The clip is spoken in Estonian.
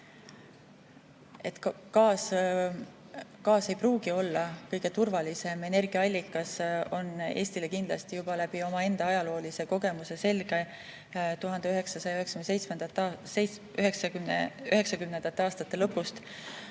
gaas ei pruugi olla kõige turvalisem energiaallikas, on Eestile kindlasti juba omaenda ajaloolise kogemuse kaudu selge 1990. aastate lõpust.